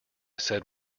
said